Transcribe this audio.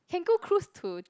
can go cruise to